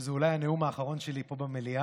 שזה אולי הנאום האחרון שלי פה במליאה.